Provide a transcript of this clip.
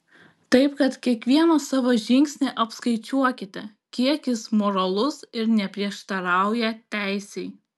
taip kad kiekvieną savo žingsnį apskaičiuokite kiek jis moralus ir neprieštarauja teisei